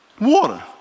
Water